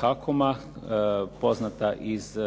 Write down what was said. HAKOM-a poznata iz